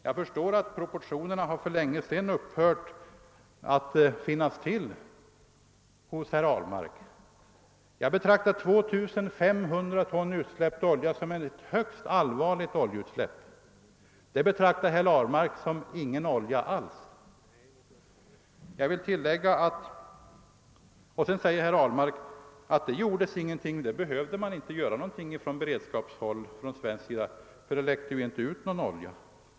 Jag förstår att herr Ahlmark för länge sedan har förlorat sitt sinne för proportioner — jag betraktar 2 500 ton utsläppt olja som högst allvarligt. Det betraktar herr Ahlmark som inget oljeutsläpp alls. Sedan säger herr Ahlmark att det gjordes ingenting, man behövde inte göra någonting från svensk sida från beredskapssynpunkt, ty det läckte ju inte ut någon olja.